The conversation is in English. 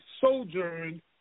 sojourn